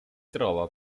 trova